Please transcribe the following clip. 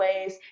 ways